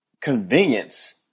convenience